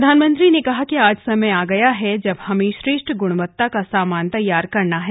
प्रधानमंत्री ने कहा कि आज समय आ गया है जब हमें श्रेष्ठ गुणवत्ता का सामान तैयार करना है